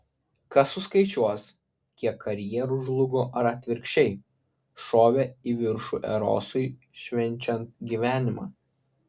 kas suskaičiuos kiek karjerų žlugo ar atvirkščiai šovė į viršų erosui švenčiant gyvenimą